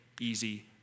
easy